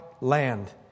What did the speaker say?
land